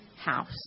house